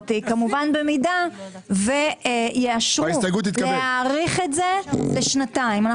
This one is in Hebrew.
כמובן במידה ויאשרו להאריך את זה לשנתיים.